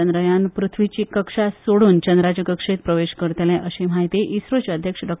चंद्रयान पृथ्वीची कक्षा सोडून चंद्राचे कक्षेत प्रवेश करतले अशी म्हायती इस्त्रोचे अध्यक्ष डॉ